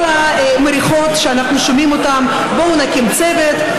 כל המריחות שאנחנו שומעים: בואו נקים צוות,